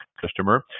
customer